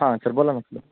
हां सर बोलाना पुढे